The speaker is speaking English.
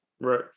Right